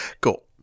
Cool